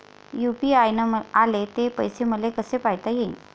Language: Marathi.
यू.पी.आय न आले ते पैसे मले कसे पायता येईन?